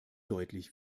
deutlich